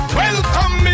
welcome